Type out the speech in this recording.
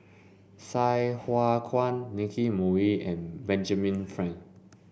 Sai Hua Kuan Nicky Moey and Benjamin Frank